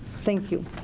thank you.